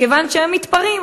מכיוון שהם מתפרעים,